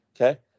Okay